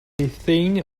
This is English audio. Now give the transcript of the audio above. thing